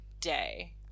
day